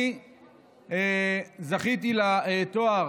אני זכיתי לתואר